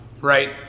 right